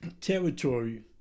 territory